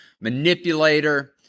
manipulator